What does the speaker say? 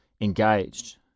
engaged